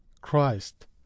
christ